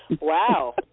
wow